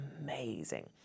amazing